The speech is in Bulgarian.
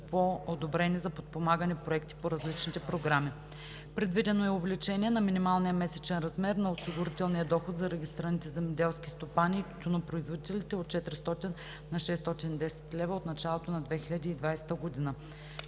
по одобрени за подпомагане проекти по различните програми. Предвидено е увеличение на минималния месечен размер на осигурителния доход за регистрираните земеделски стопани и тютюнопроизводители от 400 на 610 лв. от началото на 2020 г.